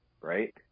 right